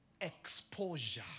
Exposure